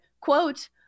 quote